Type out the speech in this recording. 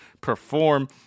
perform